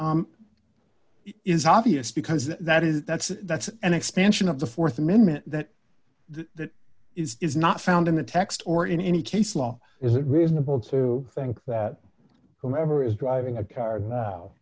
ever is obvious because that is that's that's an expansion of the th amendment that that is not found in the text or in any case law is it reasonable to think that whomever is driving a car